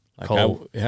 Cole